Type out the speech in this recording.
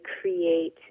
create